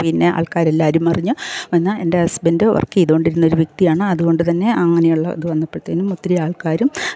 പിന്നെ ആൾക്കാരെല്ലാരും അറിഞ്ഞ് വന്ന് എൻ്റെ ഹസ്ബൻഡ് വർക്ക് ചെയ്തുകൊണ്ടിരുന്ന വ്യക്തിയാണ് അതുകൊണ്ട് തന്നെ അങ്ങനെ ഉള്ള ഇത് വന്നപ്പത്തേനും ഒത്തിരി ആൾക്കാരും